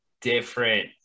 different